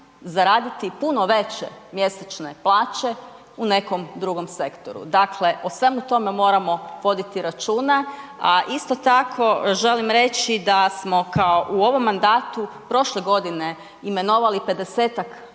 zvanjem puno veće mjesečne plaće u nekom drugom sektoru. Dakle, o svemu tome moramo voditi računa. A isto tako želim reći da smo u ovom mandatu prošle godine imenovali